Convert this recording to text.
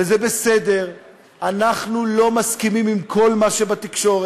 וזה בסדר, אנחנו לא מסכימים עם כל מה שבתקשורת,